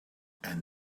and